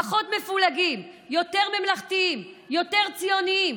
פחות מפולגים, יותר ממלכתיים, יותר ציונים.